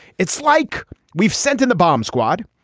it's like we've sent in the bomb squad.